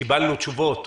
קיבלנו תשובות.